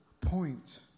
point